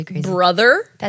brother